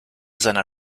seiner